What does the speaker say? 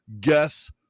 Guess